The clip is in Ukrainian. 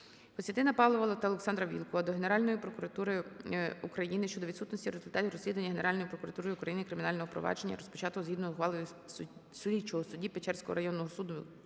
Костянтина Павлова та ОлександраВілкула до Генеральної прокуратури України щодо відсутності результатів розслідування Генеральною прокуратурою України кримінального провадження, розпочатого згідно ухвали слідчого судді Печерського районного суду